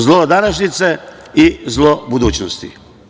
Zlo današnjice i zlo budućnosti.